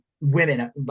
women